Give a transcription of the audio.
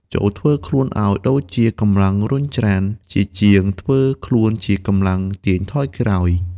ចូរធ្វើខ្លួនឱ្យដូចជាកម្លាំងរុញច្រាន ជាជាងធ្វើខ្លួនជាកម្លាំងទាញថយក្រោយ។